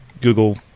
Google